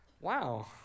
wow